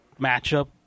matchup